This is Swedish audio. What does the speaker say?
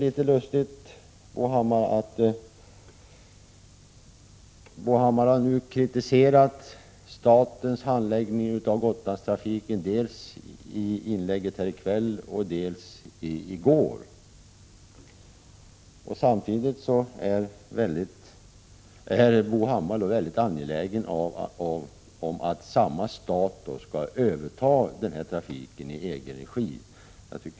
Bo Hammar har kritiserat regeringens handläggning av Gotlandstrafiken både i går och i sitt inlägg i kväll. Samtidigt är Bo Hammar angelägen om att staten skall överta trafiken i egen regi.